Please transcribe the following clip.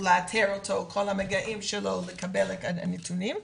לאתר את כל המגעים שלו ולקבל נתונים,